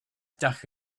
duck